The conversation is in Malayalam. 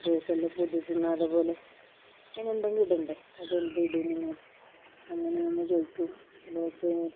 റോസെല്ലാം പുഴു തിന്നാതെ പോലെ അയിനെന്തെങ്ങും ഇടണ്ടേ അത് എന്തിടും നിങ്ങൾ അങ്ങനെയൊന്ന് ചോദിക്കും റോസ്